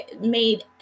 made